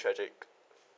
tragic